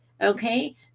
okay